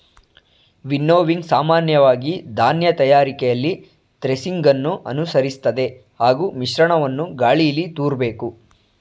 winnowing ಸಾಮಾನ್ಯವಾಗಿ ಧಾನ್ಯ ತಯಾರಿಕೆಯಲ್ಲಿ ಥ್ರೆಸಿಂಗನ್ನು ಅನುಸರಿಸ್ತದೆ ಹಾಗೂ ಮಿಶ್ರಣವನ್ನು ಗಾಳೀಲಿ ತೂರ್ಬೇಕು